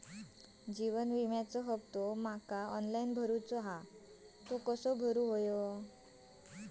जीवन विम्याचो हफ्तो माका ऑनलाइन भरूचो हा तो कसो भरू?